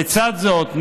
לצד זאת,